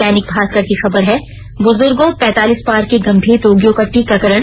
दैनिक भास्कर की खबर है बुजुर्गो पैतालीस पार के गंभीर रोगियों का टीकाकरण